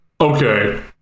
Okay